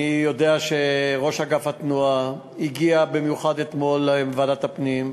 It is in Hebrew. אני יודע שראש אגף התנועה הגיע אתמול במיוחד לוועדת הפנים,